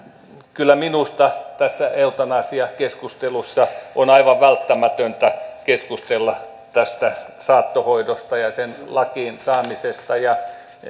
kyllä minusta tässä eutanasiakeskustelussa on aivan välttämätöntä keskustella tästä saattohoidosta ja sen lakiin saamisesta